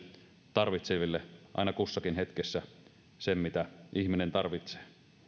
tarvitseville aina kussakin hetkessä sen mitä ihminen tarvitsee